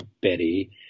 Betty